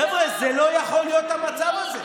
חבר'ה, זה לא יכול להיות, המצב הזה.